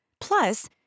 Plus